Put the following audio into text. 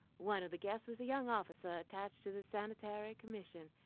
one of the guests was a young officer attached to the sanitary commission.